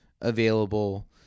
available